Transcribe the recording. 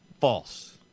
False